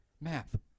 Math